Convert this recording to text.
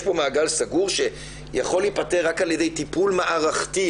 יש פה מעגל סגור שיכול להיפתר רק על ידי טיפול מערכתי,